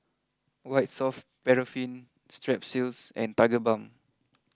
White soft Paraffin Strepsils and Tigerbalm